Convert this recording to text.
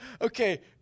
Okay